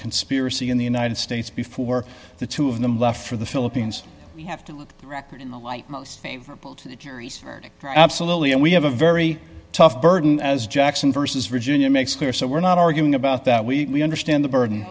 conspiracy in the united states before the two of them left for the philippines we have to look at the record in the light most favorable to the jury's verdict absolutely and we have a very tough burden as jackson vs virginia makes clear so we're not arguing about that we understand the burden